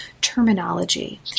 terminology